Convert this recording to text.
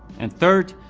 and third,